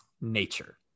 nature